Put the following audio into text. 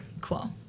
cool